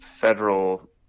federal